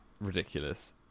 ridiculous